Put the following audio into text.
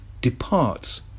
departs